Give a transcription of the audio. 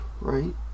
right